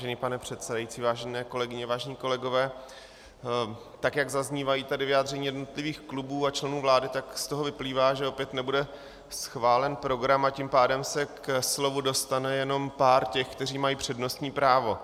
Vážený pane předsedající, vážené kolegyně, vážení kolegové, tak jak zaznívají tady vyjádření jednotlivých klubů a členů vlády, tak z toho vyplývá, že opět nebude schválen program, a tím pádem se ke slovu dostane jenom pár těch, kteří mají přednostní právo.